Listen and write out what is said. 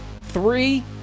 three